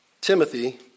Timothy